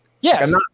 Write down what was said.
Yes